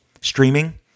streaming